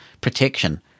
protection